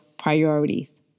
priorities